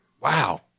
Wow